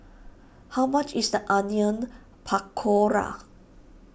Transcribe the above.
how much is the Onion Pakora